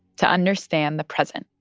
to understand the present